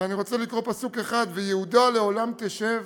ואני רוצה לקרוא פסוק אחד: "ויהודה לעולם תשב